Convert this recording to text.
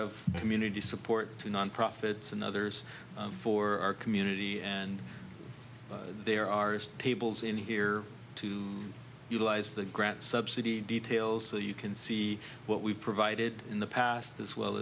of community support to non profits and others for our community and there are tables in here to utilize the grant subsidy details so you can see what we've provided in the past as well